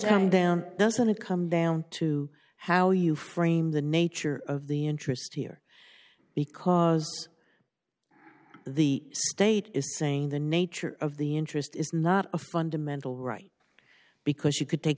doesn't it come down to how you frame the nature of the interest here because the state is saying the nature of the interest is not a fundamental right because you could take